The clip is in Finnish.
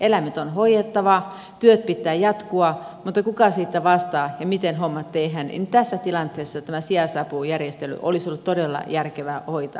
eläimet on hoidettava töiden pitää jatkua mutta kuka siitä vastaa ja miten hommat tehdään tässä tilanteessa tämä sijais apujärjestely olisi ollut todella järkevää hoitaa matkaan